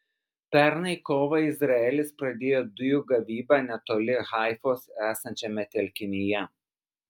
pernai kovą izraelis pradėjo dujų gavybą netoli haifos esančiame telkinyje